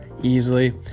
easily